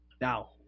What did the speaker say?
Now